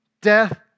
death